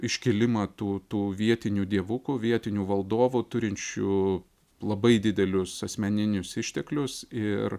iškilimą tų tų vietinių dievukų vietinių valdovų turinčių labai didelius asmeninius išteklius ir